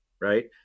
right